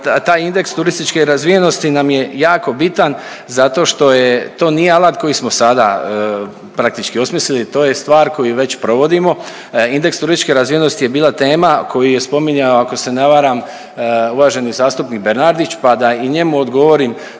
taj indeks turističke razvijenosti nam je jako bitan zato što je to nije alat koji smo sada praktički osmislili, to je stvar koju već provodimo. Indeks turističke razvijenosti je bila tema koju je spominjao ako se ne varam uvaženi zastupnik Bernardić pa da i njemu odgovorim